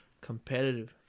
Competitive